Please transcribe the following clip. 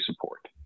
support